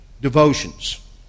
devotions